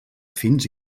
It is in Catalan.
fins